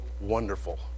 wonderful